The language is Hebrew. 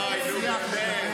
אוי, נו, באמת.